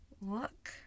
Look